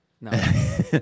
No